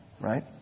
right